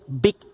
big